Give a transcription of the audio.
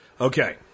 Okay